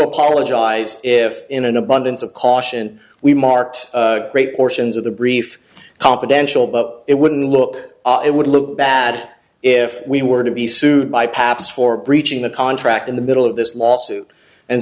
apologize if in an abundance of caution we marked great portions of the brief confidential but it wouldn't look it would look bad if we were to be sued by paps for breaching the contract in the middle of this lawsuit and